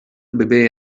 bebè